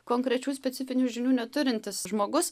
konkrečių specifinių žinių neturintis žmogus